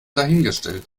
dahingestellt